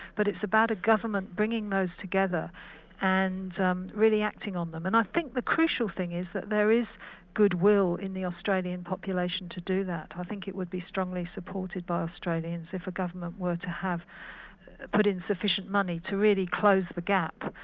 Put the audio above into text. but it's about a government bringing those together and really acting on them. and i think the crucial thing is that there is goodwill in the australian population to do that, i think it would be strongly supported by australians if a government were to put in sufficient money to really close the gap.